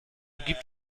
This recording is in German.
gibt